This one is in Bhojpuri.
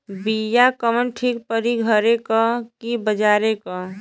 बिया कवन ठीक परी घरे क की बजारे क?